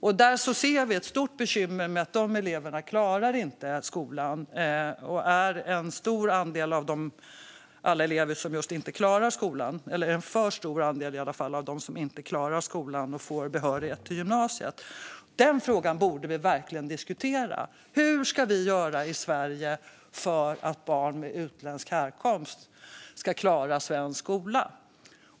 Det är ett stort bekymmer att de eleverna inte klarar skolan, och de utgör en för stor andel av dem som inte klarar skolan och får behörighet till gymnasiet. Den frågan borde vi verkligen diskutera. Hur ska vi göra i Sverige för att barn med utländsk härkomst ska klara svensk skola?